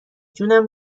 جونم